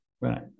Right